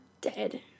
dead